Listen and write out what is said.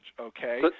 Okay